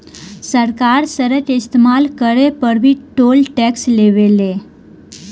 सरकार सड़क के इस्तमाल करे पर भी टोल टैक्स लेवे ले